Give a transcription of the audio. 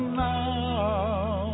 now